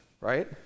right